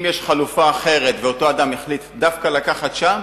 אם יש חלופה אחרת ואותו אדם החליט דווקא לקחת שם,